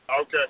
Okay